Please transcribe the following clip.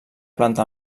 planta